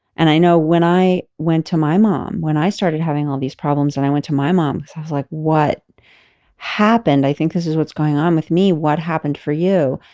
and i know when i went to my mom when i started having all these problems and i went to my mom i was like what happened. i think this is what's going on with me what happened for you?